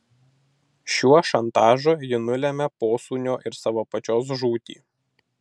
šiuo šantažu ji nulemia posūnio ir savo pačios žūtį